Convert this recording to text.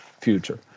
future